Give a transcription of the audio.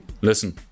listen